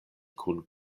kun